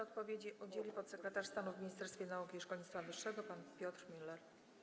Odpowiedzi udzieli podsekretarz stanu w Ministerstwie Nauki i Szkolnictwa Wyższego pan Piotr Müller.